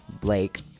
Blake